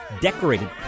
decorated